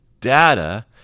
data